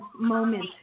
moment